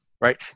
right